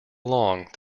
along